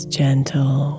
gentle